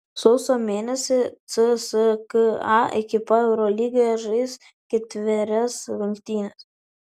sausio mėnesį cska ekipa eurolygoje žais ketverias rungtynes